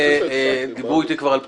נכון, הם אמרו קודם אבל הם לא פה בהצבעה.